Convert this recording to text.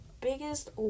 biggest